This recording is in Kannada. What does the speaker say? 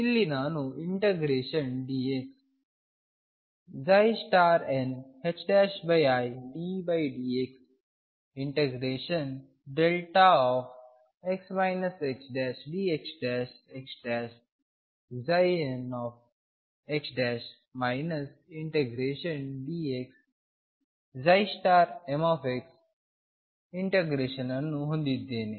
ಇಲ್ಲಿ ನಾನು ∫dx niddx ∫δx xdxxnx ∫dx m integration ಅನ್ನು ಹೊಂದಿದ್ದೇನೆ